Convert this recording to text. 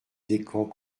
descamps